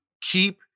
keep